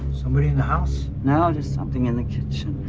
somebody in the house? no, just something in the kitchen.